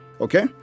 okay